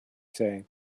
say